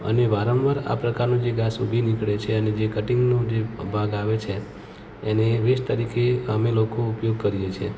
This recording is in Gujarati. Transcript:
અને વારંવાર આ પ્રકારનું જે ઘાસ ઉગી નીકળે છે અને જે કટિંગનો જે ભાગ આવે છે એને વેસ્ટ તરીકે અમે લોકો ઉપયોગ કરીએ છીએ